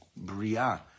B'riah